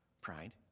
Pride